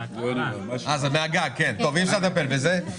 אלו המגבלות של בנק ישראל.